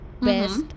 best